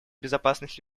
безопасность